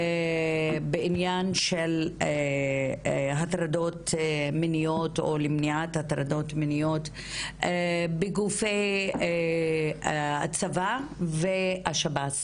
בעניין של הטרדות מיניות או למניעת הטרדות מיניות בגופי הצבא והשב"ס